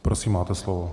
Prosím, máte slovo.